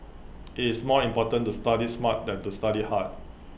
IT is more important to study smart than to study hard